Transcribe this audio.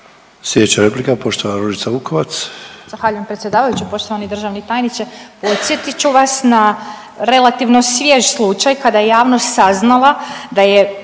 Ružica Vukovac. **Vukovac, Ružica (Nezavisni)** Zahvaljujem predsjedavajući. Poštovani državni tajniče, podsjetit ću vas na relativno svjež slučaj kada je javnost saznala da je